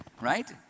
right